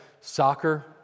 soccer